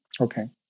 Okay